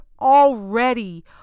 already